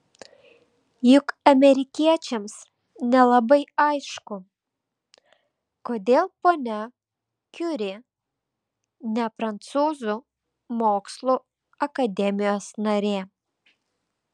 juk amerikiečiams nelabai aišku kodėl ponia kiuri ne prancūzų mokslų akademijos narė